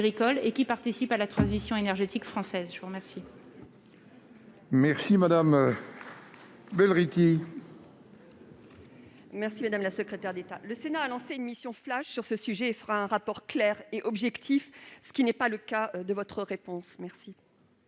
agricole et qui participent à la transition énergétique française. La parole